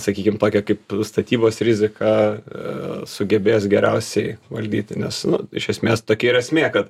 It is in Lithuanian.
sakykim tokią kaip statybos riziką sugebės geriausiai valdyti nes iš esmės tokia ir esmė kad